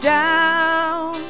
down